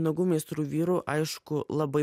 nagų meistrų vyrų aišku labai